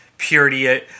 purity